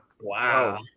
wow